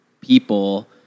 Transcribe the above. people